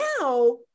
now